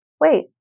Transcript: wait